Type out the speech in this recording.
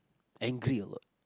angry a lot